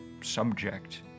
subject